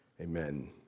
Amen